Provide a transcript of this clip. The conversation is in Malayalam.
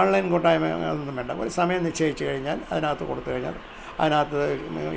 ഓൺലൈൻ കൂട്ടായ്മ അതൊന്നും വേണ്ട ഒരു സമയം നിശ്ചയിച്ച് കഴിഞ്ഞാല് അതിനകത്ത് കൊടുത്തുകഴിഞ്ഞാല് അതിനകത്ത്